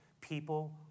people